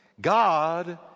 god